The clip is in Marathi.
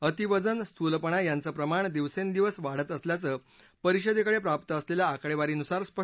अतिवजन स्थूलपणा यांचं प्रमाण दिवसेंदिवस वाढत असल्याचं परिषदेकडे प्राप्त असलेल्या आकडेवारीनुसार हे स्पष्ट होतं